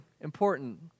important